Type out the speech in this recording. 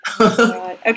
Okay